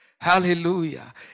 Hallelujah